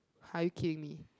are you kidding me